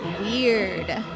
weird